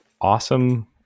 Awesome